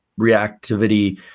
reactivity